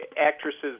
actresses